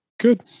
Good